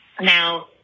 Now